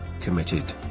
committed